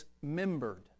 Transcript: Dismembered